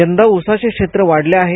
यंदा उसाचे क्षेत्र वाढले आहे